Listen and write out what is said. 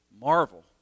marvel